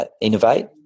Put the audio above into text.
innovate